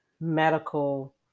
medical